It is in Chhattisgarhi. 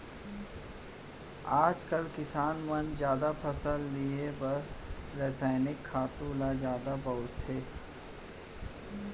आजकाल किसान मन जादा फसल लिये बर रसायनिक खातू ल जादा बउरत हें